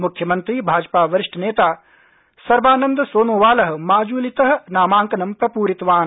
मुख्यमन्त्री भाजपावरिष्ठनेता च सर्बानन्दसोनोवाल माज्लीत नामांकन प्रप्रितवान्